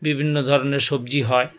বিভিন্ন ধরনের সবজি হয়